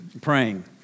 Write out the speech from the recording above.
praying